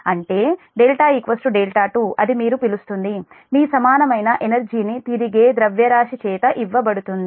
అంటే δ δ2 అది మీరు పిలుస్తుంది మీ సమానమైన ఎనర్జీని తిరిగే ద్రవ్యరాశి చేత ఇవ్వబడుతుంది